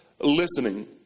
listening